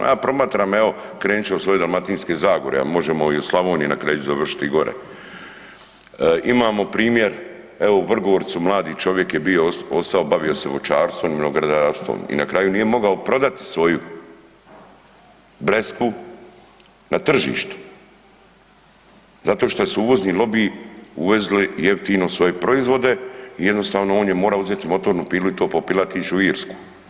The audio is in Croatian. Ja promatram evo, krenut ću od svoje Dalmatinske zagore, a možemo i od Slavonije, na kraju ću i završiti i gore, imamo primjer evo u Vrgorcu mladi čovjek je bio ostao bavio se voćarstvom i vinogradarstvom i na kraju nije mogao prodati svoju breskvu na tržištu zato što su uvozni lobiji uvezli jeftino svoje proizvode i jednostavno on je morao uzeti motornu pilu i to popilati i ić u Irsku.